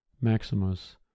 Maximus